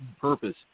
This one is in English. purpose